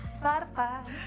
Spotify